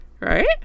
Right